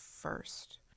first